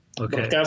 Okay